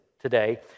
today